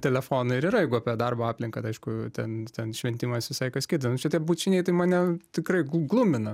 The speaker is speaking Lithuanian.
telefonai ir yra jeigu apie darbo aplinką tai aišku ten ten šventimas visai kas kita nu čia tie bučiniai tai mane tikrai glumina